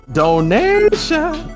donation